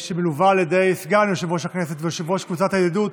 שמלווה על ידי סגן יושב-ראש הכנסת ויושב-ראש קבוצת הידידות